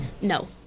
No